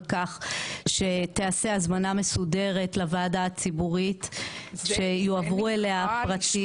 כך שתיעשה הזמנה מסודרת לוועדה הציבורית ושיועברו אליה הפרטים.